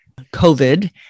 COVID